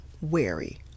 wary